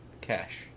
Cash